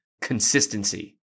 consistency